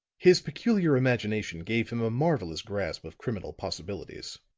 his peculiar imagination gave him a marvelous grasp of criminal possibilities.